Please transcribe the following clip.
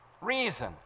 Reason